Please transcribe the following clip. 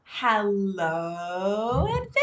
Hello